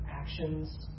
actions